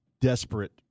desperate